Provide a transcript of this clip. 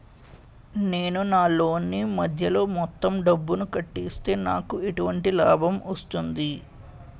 నేను నా లోన్ నీ మధ్యలో మొత్తం డబ్బును కట్టేస్తే నాకు ఎటువంటి లాభం వస్తుంది?